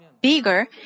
bigger